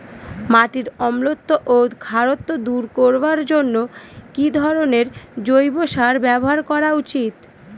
মাটির অম্লত্ব ও খারত্ব দূর করবার জন্য কি ধরণের জৈব সার ব্যাবহার করা উচিৎ?